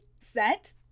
set